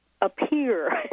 appear